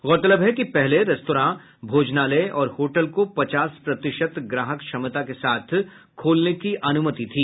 गौरतलब है कि पहले रेस्तरां भोजनालय और होटल को पचास प्रतिशत ग्राहक क्षमता के साथ खोलने की अनुमति थी